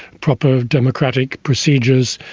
proper democratic procedures,